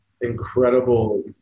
incredible